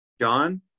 John